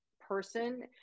person